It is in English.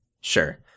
Sure